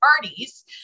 parties